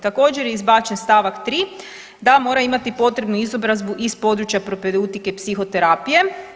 Također je izbačen st. 3. da mora imati potrebnu izobrazbu iz područja propedutike i psihoterapije.